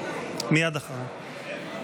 מייד אחריו.